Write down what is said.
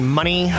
money